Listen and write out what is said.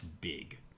big